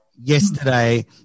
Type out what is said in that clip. yesterday